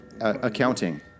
accounting